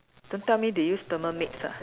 don't tell me they use Thermomix ah